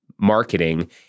marketing